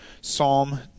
Psalm